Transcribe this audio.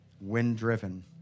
Wind-driven